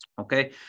Okay